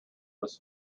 this